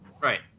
Right